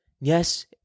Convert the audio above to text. yes